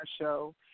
show